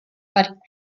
but